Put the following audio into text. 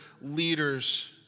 leaders